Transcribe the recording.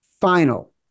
final